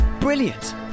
Brilliant